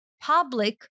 public